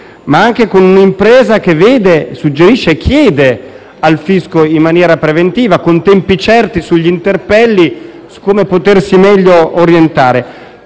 ma anche con un'impresa che vede, suggerisce e chiede al fisco, in maniera preventiva e con tempi certi sugli interpelli, come potersi meglio orientare.